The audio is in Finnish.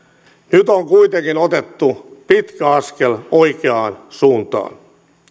nyt on kuitenkin otettu pitkä askel oikeaan suuntaan